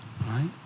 Right